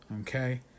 Okay